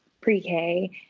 pre-k